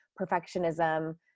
perfectionism